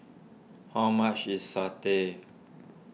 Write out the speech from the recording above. how much is Satay